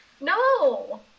No